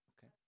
Okay